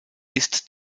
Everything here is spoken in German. ist